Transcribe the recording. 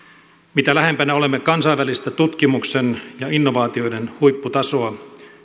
mitä lähempänä olemme kansainvälistä tutkimuksen ja innovaatioiden huipputasoa